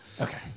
Okay